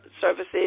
services